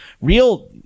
real